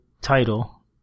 title